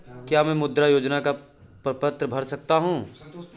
क्या मैं मुद्रा योजना का प्रपत्र भर सकता हूँ?